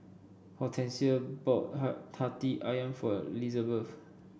Hortensia bought hati ayam for Lizabeth